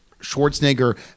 Schwarzenegger